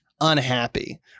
unhappy